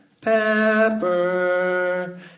Pepper